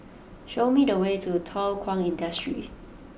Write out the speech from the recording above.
show me the way to Thow Kwang Industry